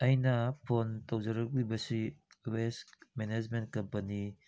ꯑꯩꯅ ꯐꯣꯟ ꯇꯧꯖꯔꯛꯂꯤꯕꯁꯤ waste management company